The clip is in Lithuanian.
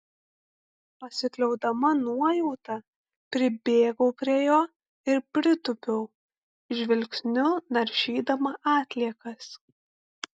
pasikliaudama nuojauta pribėgau prie jo ir pritūpiau žvilgsniu naršydama atliekas